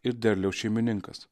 ir derliaus šeimininkas